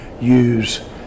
use